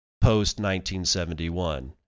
post-1971